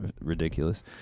ridiculous